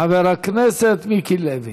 חבר הכנסת מיקי לוי.